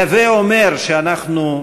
הווי אומר שאנחנו,